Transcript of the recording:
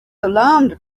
alarmed